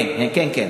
כן, כן.